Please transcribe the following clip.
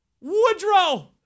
Woodrow